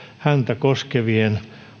häntä koskevien